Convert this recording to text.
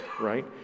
right